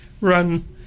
run